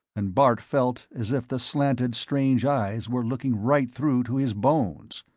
and bart felt as if the slanted strange eyes were looking right through to his bones.